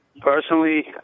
personally